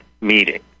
meeting